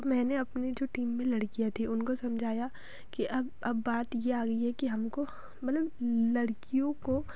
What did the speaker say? तो मैंने अपनी जो टीम में लड़कियाँ थीं उनको समझाया कि अब अब बात यह आ गई है कि हमको मतलब लड़कियों को